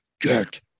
get